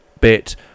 bit